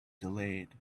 delayed